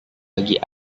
bagi